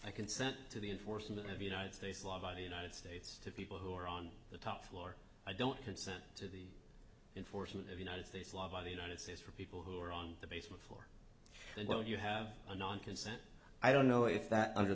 i consent to the enforcement of united states law by the united states to people who are on the top floor i don't consent to the enforcement of united states law by the united states for people who are on the base before well you have a non consent i don't know if that under